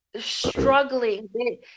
struggling